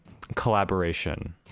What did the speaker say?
collaboration